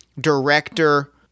director